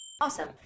Awesome